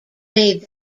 may